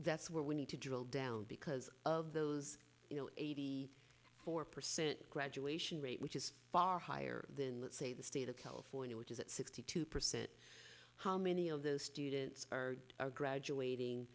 that's where we need to drill down because of those you know eighty four percent graduation rate which is far higher than let's say the state of california which is at sixty two percent how many of those students are graduating